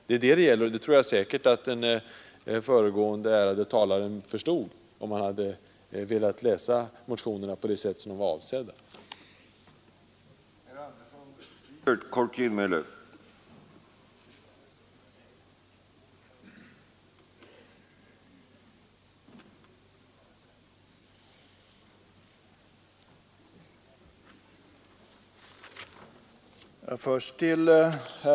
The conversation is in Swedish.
Det tror jag säkert att den föregående ärade talaren förstod, om han läste motionerna på det sätt som de var avsedda att läsas på.